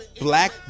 Black